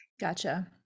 Gotcha